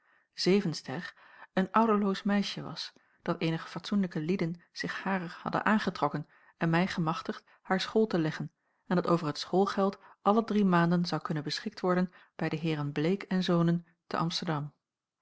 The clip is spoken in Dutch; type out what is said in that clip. zevenster een ouderloos meisje was dat eenige fatsoenlijke lieden zich harer hadden aangetrokken en mij gemachtigd haar school te leggen en dat over het schoolgeld alle drie maanden zou kunnen beschikt worden bij de heeren bleek en zonen te amsterdam